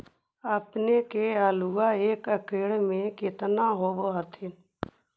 अपने के आलुआ एक एकड़ मे कितना होब होत्थिन?